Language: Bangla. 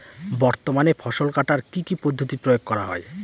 বর্তমানে ফসল কাটার কি কি পদ্ধতি প্রয়োগ করা হয়?